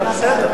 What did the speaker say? אהה, בסדר.